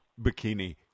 bikini